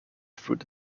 through